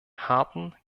harten